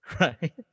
right